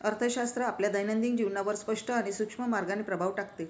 अर्थशास्त्र आपल्या दैनंदिन जीवनावर स्पष्ट आणि सूक्ष्म मार्गाने प्रभाव टाकते